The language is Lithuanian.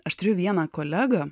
aš turiu vieną kolegą